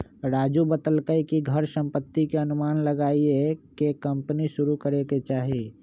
राजू बतलकई कि घर संपत्ति के अनुमान लगाईये के कम्पनी शुरू करे के चाहि